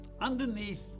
Underneath